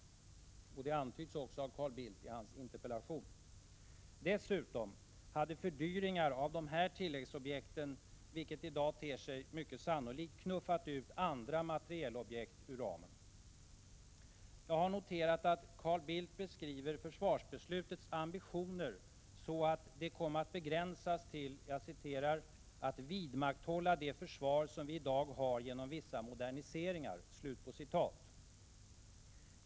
Det antyds också av Carl Bildt i hans interpellation. Dessutom hade fördyringar av dessa tilläggsobjekt, vilket i dag ter sig mycket sannolikt, knuffat ut andra materielobjekt ur ramen. Jag har noterat att Carl Bildt beskriver försvarsbeslutets ambitioner så, att de kom att begränsas till ”att vidmakthålla det försvar som vi i dag har genom vissa moderniseringar”.